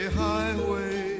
highway